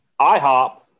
IHOP